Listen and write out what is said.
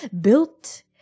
built